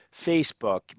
facebook